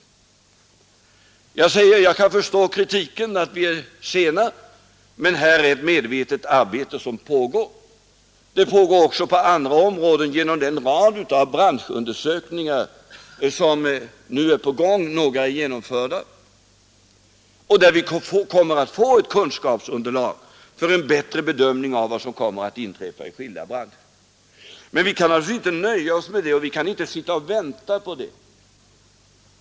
Jag kan förstå kritiken att vi är sena. Men på det här området pågår ett medvetet arbete. Detta arbete pågår också på andra områden genom den rad av branschundersökningar som nu görs. Några är redan genomförda, och vi kommer genom dessa undersökningar att få ett kunskapsunderlag för en bättre bedömning av vad som kan komma att inträffa i skilda branscher. Men vi kan naturligtvis inte nöja oss med detta, och vi kan inte sitta och vänta på resultaten.